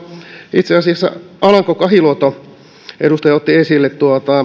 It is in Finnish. itse asiassa edustaja alanko kahiluoto otti esille